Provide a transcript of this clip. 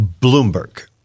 Bloomberg